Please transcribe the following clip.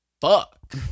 fuck